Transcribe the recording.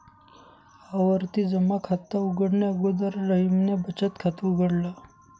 आवर्ती जमा खात उघडणे अगोदर रहीमने बचत खात उघडल